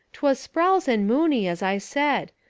twas sprowls and mooney, as i said.